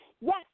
yes